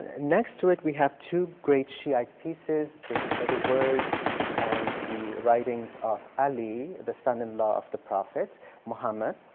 next to it, we have two great shiite pieces, the ah the words and the writings of ali, the son in law of the prophet muhammad.